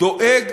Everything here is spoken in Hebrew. דואג